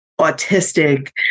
autistic